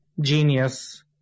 genius